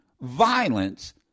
violence